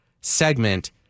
segment